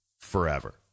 forever